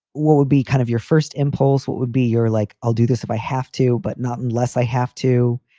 what would be kind of your first impulse? what would be your like? i'll do this if i have to, but not unless i have to.